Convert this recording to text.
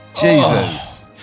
Jesus